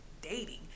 dating